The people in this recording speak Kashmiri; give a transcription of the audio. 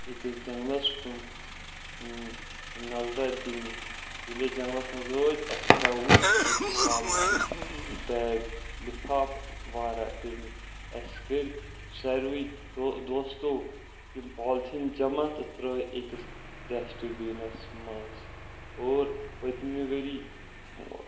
أکِس جَنٛگلَس کُن نظرَہ دِنہِ ییٚلہِ أسۍ جنٛگلَس منٛز وٲتۍ اسہِ ہسا وٕچھ اتہِ پالتِھیٖن بیگ لِفاف واریاہ پیمٕتۍ اسہِ کٔرۍ سارۍوٕے دوستو یِم پالتِھیٖن جَمع تہٕ ترٛٲے أکِس ڈسٹہٕ بِنَس منٛز اور پٕتۍمہِ ؤری